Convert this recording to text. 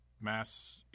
mass